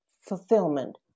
fulfillment